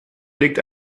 legt